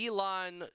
Elon